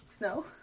no